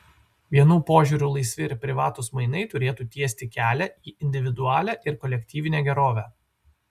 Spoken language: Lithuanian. vienų požiūriu laisvi ir privatūs mainai turėtų tiesti kelią į individualią ir kolektyvinę gerovę